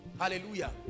Hallelujah